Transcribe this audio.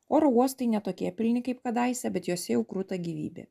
oro uostai ne tokie pilni kaip kadaise bet jose jau kruta gyvybė